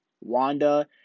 Wanda